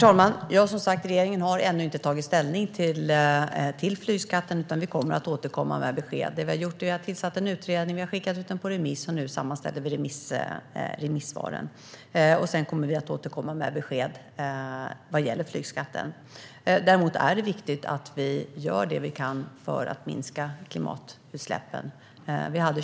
Herr talman! Regeringen har som sagt ännu inte tagit ställning till flygskatten, utan vi kommer att återkomma med besked. Vi har tillsatt en utredning och skickat ut den på remiss, och nu sammanställer vi remissvaren. Vi kommer sedan att återkomma med besked vad gäller flygskatten. Det är viktigt att vi gör det vi kan för att minska klimatutsläppen.